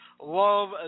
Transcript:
love